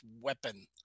weapon